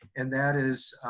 and that is,